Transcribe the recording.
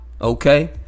Okay